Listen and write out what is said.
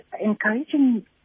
encouraging